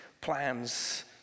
plans